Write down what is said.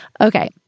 Okay